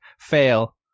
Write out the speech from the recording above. Fail